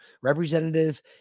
Representative